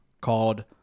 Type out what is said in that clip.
called